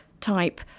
type